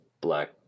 black